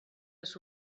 tret